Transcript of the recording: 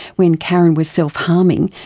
when karen was self-harming